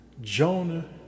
Jonah